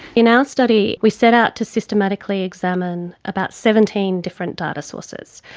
in our study we set out to systematically examine about seventeen different data sources.